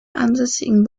ansässigen